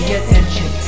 attention